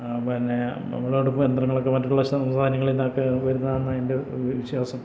പിന്നെ വിളവെടുപ്പ് യന്ത്രങ്ങളൊക്കെ മറ്റുള്ള സംസ്ഥാനങ്ങളിന്നൊക്കെ വരുന്നാന്നാ എന്റെയൊരു വിശ്വാസം